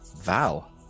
Val